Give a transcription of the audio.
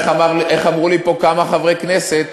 איך אמרו לי פה כמה חברי כנסת,